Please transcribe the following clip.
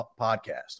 podcast